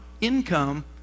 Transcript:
income